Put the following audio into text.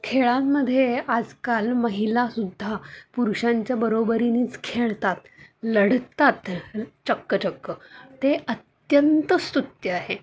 खेळांमध्ये आजकाल महिला सुद्धा पुरुषांच्या बरोबरीनेच खेळतात लढतात चक्क चक्क ते अत्यंत स्तुत्य आहे